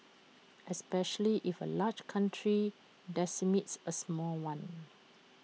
especially if A large country decimates A small one